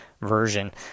version